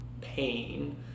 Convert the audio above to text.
pain